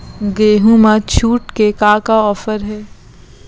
गेहूँ मा छूट के का का ऑफ़र हे?